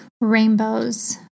Rainbows